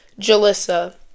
Jalissa